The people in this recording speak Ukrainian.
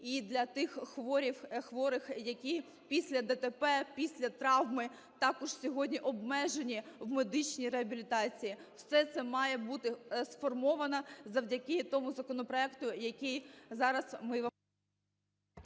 і для тих хворих, які після ДТП, після травми також сьогодні обмежені в медичній реабілітації. Все це має бути сформовано завдяки тому законопроекту, який зараз ми… ГОЛОВУЮЧИЙ.